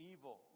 Evil